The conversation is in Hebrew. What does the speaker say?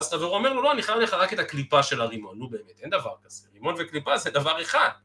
אז טוב, הוא אומר לו, לא, אני חייב ללכת רק את הקליפה של הרימון, נו באמת, אין דבר כזה, רימון וקליפה זה דבר אחד.